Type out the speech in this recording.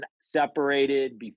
separated